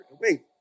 Wait